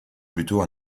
plutôt